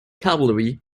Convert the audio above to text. cavalry